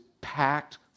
packed